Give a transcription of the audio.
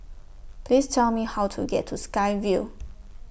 Please Tell Me How to get to Sky Vue